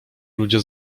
ludzie